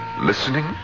Listening